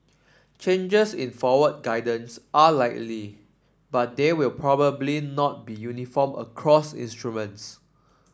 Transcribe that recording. changes in forward guidance are likely but they will probably not be uniform across instruments